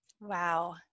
Wow